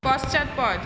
পশ্চাৎপদ